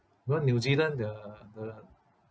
because new zealand the the